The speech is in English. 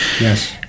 Yes